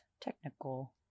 technical